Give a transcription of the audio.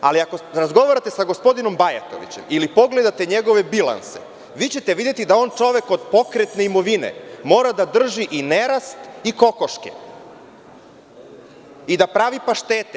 Ali, ako razgovarate sa gospodinom Bajatovićem ili pogledate njegov bilanse, vi ćete videti da on, čovek, od pokretne imovine mora da drži i nerast i kokoške i da pravi paštete.